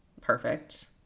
perfect